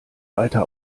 weiter